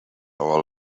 our